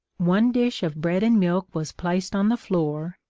one dish of bread and milk was placed on the floor,